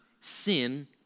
sin